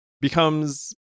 becomes